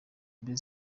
mbili